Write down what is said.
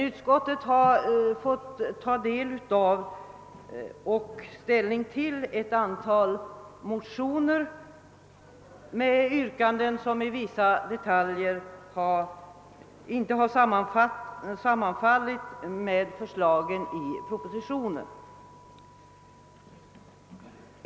Utskottet har haft att ta ställning till ett antal motioner med yrkanden som i vissa detaljer inte sammanfaller med förslagen i propositionen.